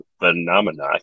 phenomena